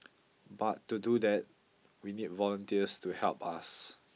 but to do that we need volunteers to help us